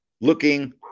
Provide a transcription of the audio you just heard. looking